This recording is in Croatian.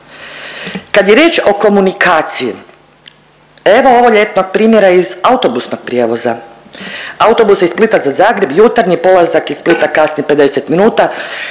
Kad je riječ o komunikaciji, evo ovoljetnog primjera iz autobusnog prijevoza. Autobus iz Splita za Zagreb, jutarnji polazak iz Splita kasni 50 minuta,